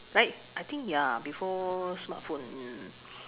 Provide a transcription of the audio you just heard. right I think ya before smartphone mm